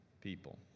people